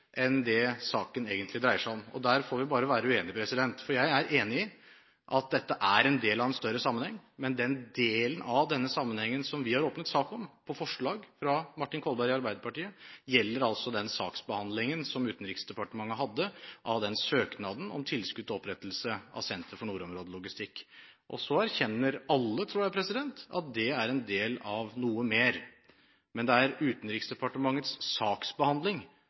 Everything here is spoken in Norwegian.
enn det saken egentlig dreier seg om. Her får vi bare være uenige. Jeg er enig i at dette er en del av en større sammenheng, men den delen av denne sammenhengen som vi har åpnet sak om, etter forslag fra Martin Kolberg i Arbeiderpartiet, gjelder den saksbehandlingen som Utenriksdepartementet hadde av søknaden om tilskudd til opprettelse av Senter for nordområdelogistikk. Så erkjenner alle, tror jeg, at det er en del av noe mer, men det er Utenriksdepartementets saksbehandling